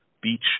beach